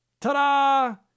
Ta-da